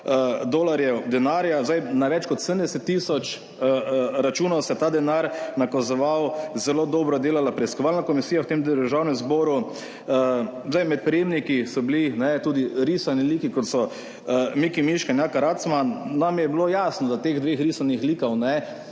dolarjev denarja. Na več kot 70 tisoč računov se je ta denar nakazoval. Zelo dobro je delala preiskovalna komisija v tem Državnem zboru. Med prejemniki so bili tudi risani liki, kot so Miki Miška in Jaka Racman. Nam je bilo jasno, da teh dveh risanih likov